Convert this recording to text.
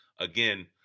Again